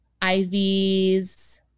IVs